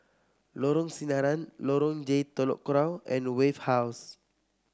Lorong Sinaran Lorong J Telok Kurau and Wave House